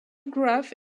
graph